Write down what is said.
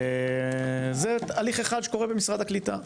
זה הליך אחד שקורה במשרד הקליטה.